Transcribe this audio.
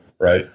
Right